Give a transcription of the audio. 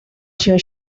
się